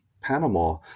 Panama